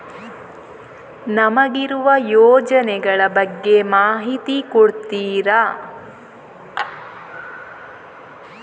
ನಮಗಿರುವ ಯೋಜನೆಗಳ ಬಗ್ಗೆ ಮಾಹಿತಿ ಕೊಡ್ತೀರಾ?